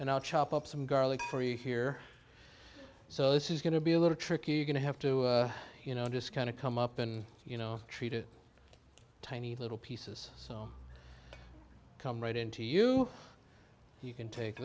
and i'll chop up some garlic for you here so this is going to be a little tricky you're going to have to you know just kind of come up and you know treat it tiny little pieces so come right into you you can take